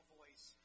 voice